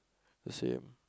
same